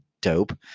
dope